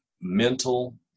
mental